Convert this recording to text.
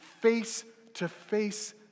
face-to-face